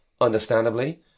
understandably